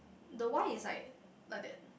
the wine is like like that